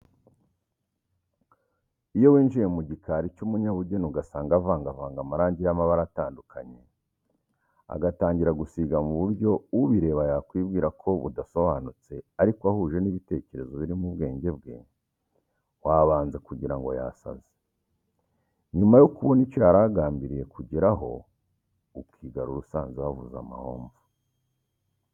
Iyo winjiye mu gikari cy'umunyabugeni ugasanga avangavanga amarangi y'amabara atandukanye, agatangira gusiga mu buryo ubireba yakwibwira ko budasobanutse, ariko ahuje n'ibitekerezo biri mu bwenge bwe; wabanza kugira ngo yasaze, nyuma yo kubona icyo yari agambiriye kugeraho ukigarura usanze wavuze amahomvu.